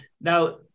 Now